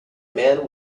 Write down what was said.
man